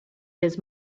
his